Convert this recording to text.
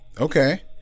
Okay